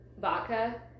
vodka